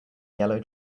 yellow